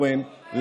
אורן,